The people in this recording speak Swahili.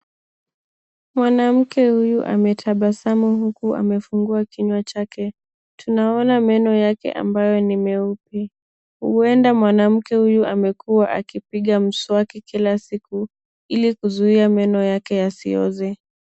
Mwanamke huyu ametabasamu huku amefungua kinyua chake tunaona meno yake ambayo ni meupe huenda mwanamke huyu amekuwa akipiga mswaki kila siku ilikuzuia meno yake yasioze.